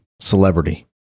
celebrity